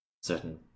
Certain